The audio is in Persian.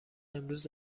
امروز